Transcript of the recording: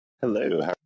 Hello